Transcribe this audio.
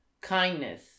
Kindness